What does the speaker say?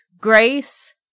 grace